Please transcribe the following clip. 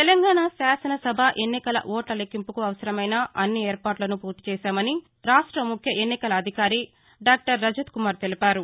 తెలంగాణ శాసన సభ ఎన్నికల ఓట్ల లెక్కింపుకు అవసరమైన అన్ని ఏర్పాట్లను పూర్తి చేశామని రాష్ట ముఖ్య ఎన్నికల అధికారి డాక్టర్ రజత్కుమార్ తెలిపారు